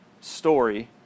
story